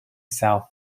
south